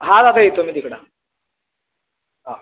हा दादा येतो मी तिकडं हा